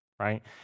right